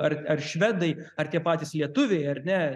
ar ar švedai ar tie patys lietuviai ar ne